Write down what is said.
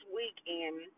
weekend